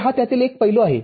तरहा त्यातील एक पैलू आहे